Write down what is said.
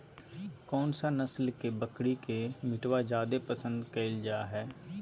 कौन सा नस्ल के बकरी के मीटबा जादे पसंद कइल जा हइ?